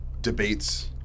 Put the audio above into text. debates